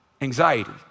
anxiety